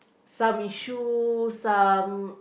some issue some